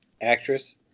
actress